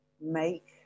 make